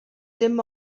dim